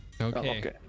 okay